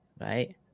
right